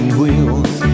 wheels